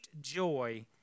joy